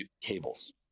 cables